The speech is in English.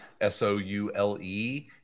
S-O-U-L-E